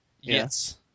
Yes